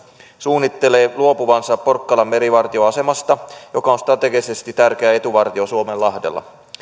suunnittelee luopuvansa porkkalan merivartioasemasta joka on strategisesti tärkeä etuvartio suomenlahdella